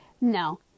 no